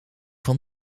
van